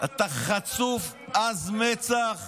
אתה חצוף, עז מצח.